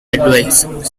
advise